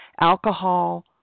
Alcohol